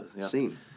scene